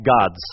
gods